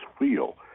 wheel